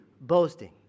boasting